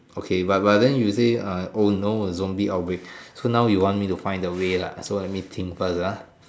okay but but then you say uh oh no zombie out break so now you want me to find away lah so let me think first ah